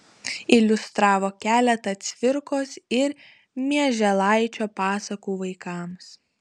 iliustravo keletą cvirkos ir mieželaičio pasakų vaikams